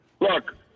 Look